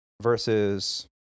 Versus